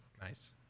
nice